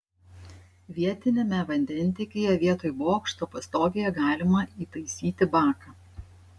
vietiniame vandentiekyje vietoj bokšto pastogėje galima įtaisyti baką